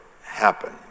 happen